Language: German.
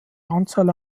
anzahl